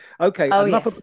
Okay